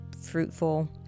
fruitful